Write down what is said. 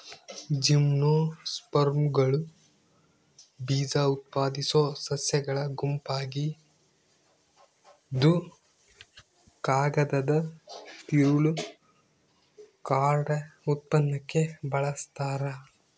ಜಿಮ್ನೋಸ್ಪರ್ಮ್ಗಳು ಬೀಜಉತ್ಪಾದಿಸೋ ಸಸ್ಯಗಳ ಗುಂಪಾಗಿದ್ದುಕಾಗದದ ತಿರುಳು ಕಾರ್ಡ್ ಉತ್ಪನ್ನಕ್ಕೆ ಬಳಸ್ತಾರ